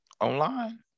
online